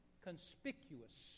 conspicuous